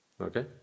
Okay